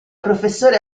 professore